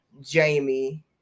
Jamie